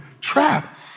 trap